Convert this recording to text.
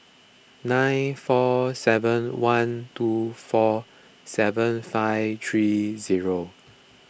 nine four seven one two four seven five three